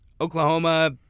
Oklahoma